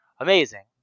Amazing